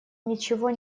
ничего